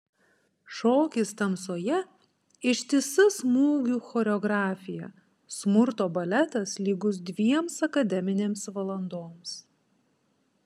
šokis tamsoje ištisa smūgių choreografija smurto baletas lygus dviems akademinėms valandoms